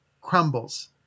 crumbles